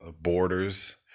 borders